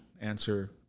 answer